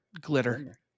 Glitter